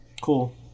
Cool